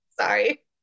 sorry